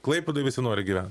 klaipėdoj visi nori gyvent